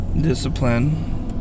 discipline